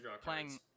playing